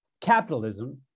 capitalism